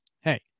hey